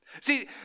See